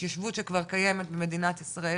התיישבות שכבר קיימת במדינת ישראל,